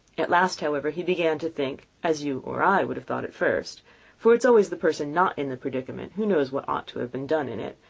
at last, however, he began to think as you or i would have thought at first for it is always the person not in the predicament who knows what ought to have been done in it,